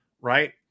Right